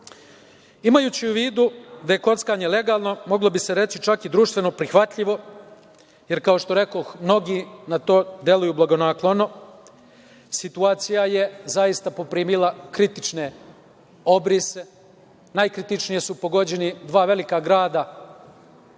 njih. Imajući u vidu da je kockanje legalno, moglo bi se reći čak i društveno prihvatljivo, jer, kao što rekoh, mnogi na to deluje blagonaklono, situacija je zaista poprimila kritične obrise. Najkritičnije su pogođena dva velika grada,